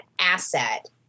asset